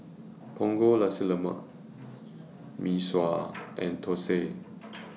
Punggol Nasi Lemak Mee Sua and Thosai